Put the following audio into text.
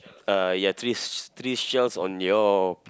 uh ya three three shells on your